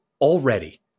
already